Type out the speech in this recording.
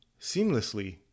seamlessly